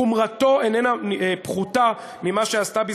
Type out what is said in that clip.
חומרתו איננה פחותה ממה שעשתה בזמנו,